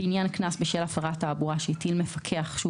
בעניין קנס בשל הפרת תעבורה שהטיל מפקח שהוא